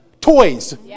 Toys